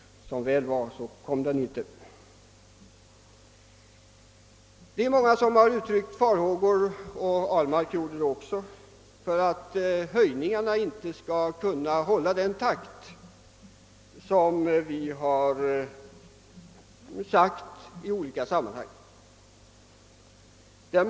Som väl var blev det ingen sådan. Många, även herr Ahlmark, har uttryckt farhågor för att höjningarna inte skall kunna ske i den takt som vi i olika sammanhang angett.